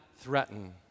threaten